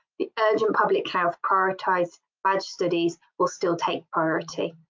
the urgent public health prioritized, badged studies will still take priority.